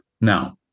now